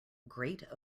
great